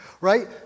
right